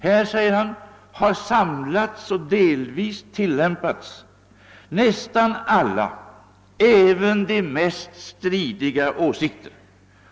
Här, säger han, har samlats och delvis tillämpats nästan alla, även de mest stridiga, åsikter.